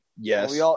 Yes